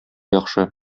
яхшы